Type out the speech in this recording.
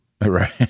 Right